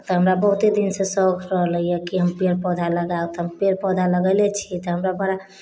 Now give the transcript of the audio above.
तऽ हमरा बहुते दिनसँ शौख रहलैय कि हम पेड़ पौधा लगाउ तऽ हम पेड़ पौधा लगैले छियै तऽ हमरा बड़ा